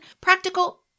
practical